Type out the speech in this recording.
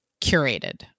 curated